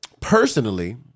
Personally